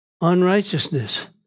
unrighteousness